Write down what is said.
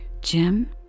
Jim